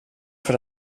för